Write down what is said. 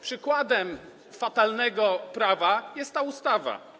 Przykładem fatalnego prawa jest ta ustawa.